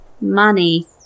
money